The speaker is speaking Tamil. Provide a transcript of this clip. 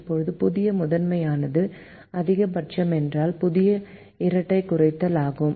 இப்போது புதிய முதன்மையானது அதிகபட்சம் என்பதால் புதிய இரட்டை குறைத்தல் ஆகும்